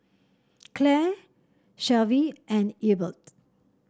Claire Shelvie and Ebert